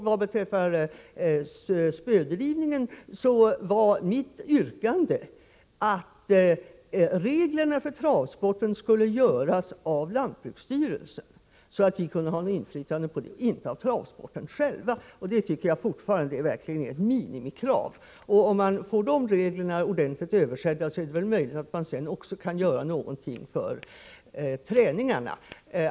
Vad beträffar spödrivning var mitt yrkande att reglerna för travsporten skulle utformas av lantbruksstyrelsen, så att vi kunde ha inflytande på den — inte av travsporten själv. Det tycker jag fortfarande är ett minimikrav. Om de reglerna blir ordentligt översedda, är det väl möjligt att man också kan göra någonting för träningarna.